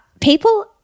People